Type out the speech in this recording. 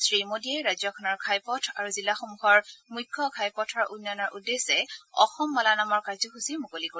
শ্ৰীমোদীয়ে ৰাজ্যখনৰ ঘাইপথ আৰু জিলাসমূহৰ মুখ্য বাট পথৰ উন্নয়নৰ উদ্দেশ্যে অসম মালা নামৰ কাৰ্যসূচীৰ মুকলি কৰিব